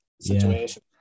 situation